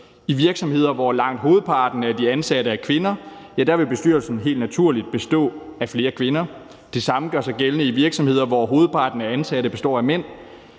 I virksomheder, hvor langt hovedparten af de ansatte er kvinder, vil bestyrelsen helt naturligt bestå af flere kvinder, og det samme gør sig omvendt gældende i virksomheder, hvor hovedparten af de ansatte består af mænd.